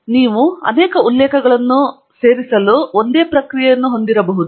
ಮತ್ತು ನೀವು ಅನೇಕ ಉಲ್ಲೇಖಗಳನ್ನು ಸೇರಿಸಲು ಒಂದೇ ಪ್ರಕ್ರಿಯೆಯನ್ನು ಹೊಂದಿರಬಹುದು